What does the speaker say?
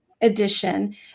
edition